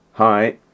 Hi